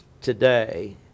today